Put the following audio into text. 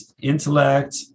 intellect